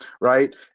right